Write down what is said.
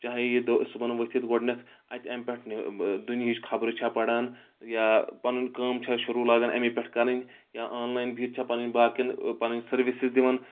چاہے یہِ دۄہ صُبحن ؤتھِتھ گۄڈنیٚتھ اَتہِ امہِ پیٚٹھ دُنہِچ خبرٕ چھا پران یا پَنُن کٲم چھےٚ شروٗع لاگان امے پیٚٹھ کَرٕنۍ یا آنلاین بِہِتھ چھا پَنٕنۍ باقین پَنٕنۍ سٔروِسز دِوان